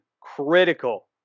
critical